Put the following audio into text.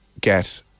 get